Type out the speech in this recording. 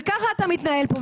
וככה אתה מתנהל פה.